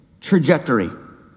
trajectory